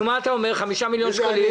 מה אתה אומר: תוכלו לתת 5 מיליון שקלים?